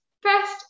first